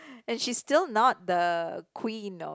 and she's still not the queen of